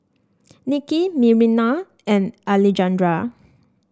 Nicky and Alejandra